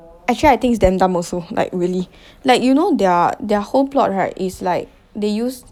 actually I think is damn dumb also like really like you know they're they're whole plot right is like they use